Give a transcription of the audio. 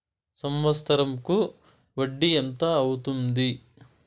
సంవత్సరం కు వడ్డీ ఎంత అవుతుంది?